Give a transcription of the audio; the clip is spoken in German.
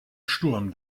sturm